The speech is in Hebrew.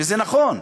שזה נכון.